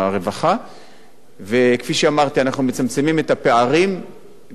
אנחנו מצמצמים את הפערים בצעדים הרבה יותר גדולים מאשר לבוא ולומר,